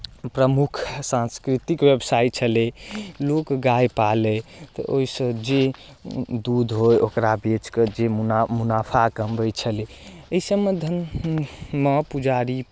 प्रमुख सांस्कृतिक व्यवसाय छलै लोक गाय पालय तऽ ओहिसँ जे दूध होय ओकरा बेचि कऽ जे मुन मुनाफा कमबय छलै एहिसभमे धन मऽ पुजारी